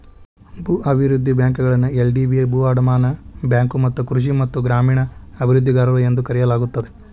ಭೂ ಅಭಿವೃದ್ಧಿ ಬ್ಯಾಂಕುಗಳನ್ನ ಎಲ್.ಡಿ.ಬಿ ಭೂ ಅಡಮಾನ ಬ್ಯಾಂಕು ಮತ್ತ ಕೃಷಿ ಮತ್ತ ಗ್ರಾಮೇಣ ಅಭಿವೃದ್ಧಿಗಾರರು ಎಂದೂ ಕರೆಯಲಾಗುತ್ತದೆ